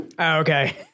okay